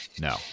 no